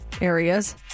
areas